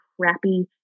crappy